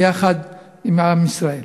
ביחד עם עם ישראל.